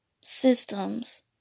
systems